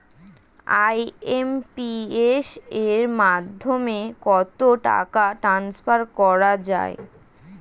IMPS এর মাধ্যমে কত টাকা ট্রান্সফার করা যায়?